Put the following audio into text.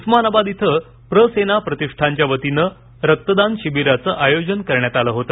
उस्मानाबाद येथे प्रसेना प्रतिष्ठानच्या वतीने रक्तदान शिबिराचे आयोजन करण्यात आले होते